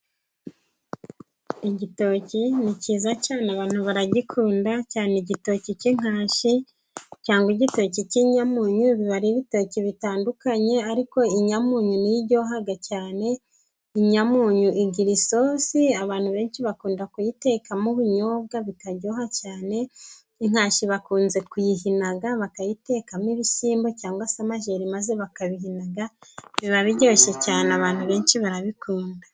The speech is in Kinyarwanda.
Igitoki ni kiza cyane abantu baragikunda ,cyane igitoki k'inkashi cyangwa igitoki k'inyamunyu biba ibitoki bitandukanye, ariko inyamunyu ni yo iryoha cyane, inyamunyu igira isosi abantu benshi bakunda kuyitekamo ubunyobwa bikaryoha cyane, inkashi bakunze kuyihinaga bakayitekamo ibishyimbo cyangwa se amajeri ,maze bakabihinaga, biba biryoshye cyane abantu benshi barabikunda.